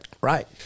Right